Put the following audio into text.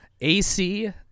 AC